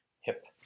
hip